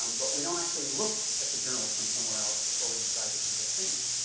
but we don't actually look at the journals from somewhere else before we decide that you get tenure.